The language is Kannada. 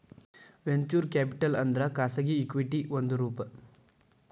ವೆಂಚೂರ್ ಕ್ಯಾಪಿಟಲ್ ಅಂದ್ರ ಖಾಸಗಿ ಇಕ್ವಿಟಿ ಒಂದ್ ರೂಪ